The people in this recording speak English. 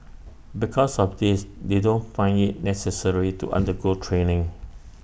because of this they don't find IT necessary to undergo training